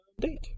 date